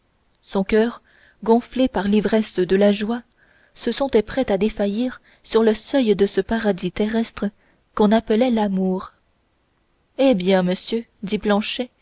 son coeur gonflé par l'ivresse de la joie se sentait prêt à défaillir sur le seuil de ce paradis terrestre qu'on appelait l'amour eh bien monsieur dit